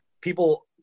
people